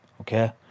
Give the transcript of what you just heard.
okay